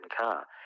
car